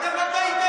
ואתם לא טעיתם,